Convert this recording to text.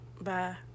Bye